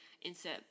insert